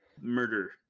murder